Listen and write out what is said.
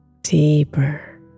deeper